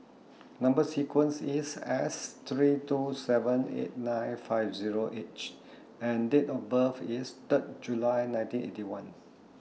Number sequence IS S three two seven eight nine five Zero H and Date of birth IS Third July nineteen Eighty One